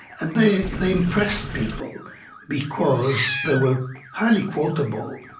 and they they impressed people because they were highly quotable.